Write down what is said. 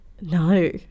no